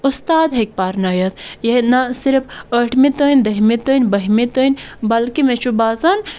اُستاد ہیٚکہِ پَرنٲیِتھ یہِ ہے نَہ صرف ٲٹھمہِ تام دٔہمہِ تام بٔہمہِ تام بلکہِ مےٚ چھُ باسان